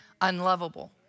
unlovable